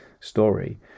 story